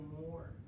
more